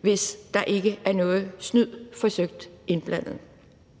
hvis der ikke er noget snyd forsøgt indblandet.